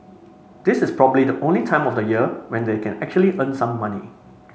this is probably the only time of the year when they can actually earn some money